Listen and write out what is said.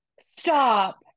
stop